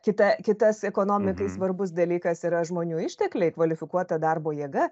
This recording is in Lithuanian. kita kitas ekonomikai svarbus dalykas yra žmonių ištekliai kvalifikuota darbo jėga